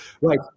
Right